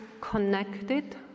connected